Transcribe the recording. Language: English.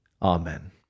Amen